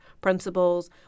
principles